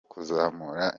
kuzamura